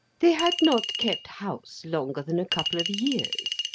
they had not kept house longer than a couple of years,